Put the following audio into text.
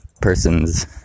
persons